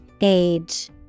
Age